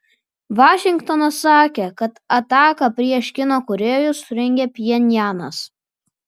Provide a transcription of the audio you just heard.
vašingtonas sakė kad ataką prieš kino kūrėjus surengė pchenjanas